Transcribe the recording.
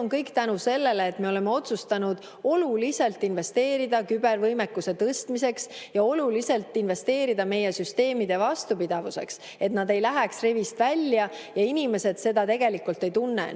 on kõik tänu sellele, et me oleme otsustanud oluliselt investeerida kübervõimekuse tõstmisesse ja oluliselt investeerida meie süsteemide vastupidavusse, et nad ei läheks rivist välja ja et inimesed seda tegelikult ei tunneks.